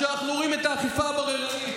כשאנחנו רואים את האכיפה הבררנית.